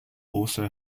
also